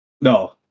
no